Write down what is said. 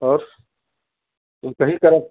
और एक ही तरफ़